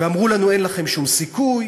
ואמרו לנו: אין לכם שום סיכוי.